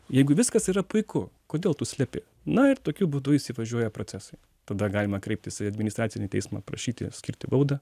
jeigu viskas yra puiku kodėl tu slepi na ir tokiu būdu įsivažiuoja procesai tada galima kreiptis į administracinį teismą prašyti skirti baudą